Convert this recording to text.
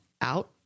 out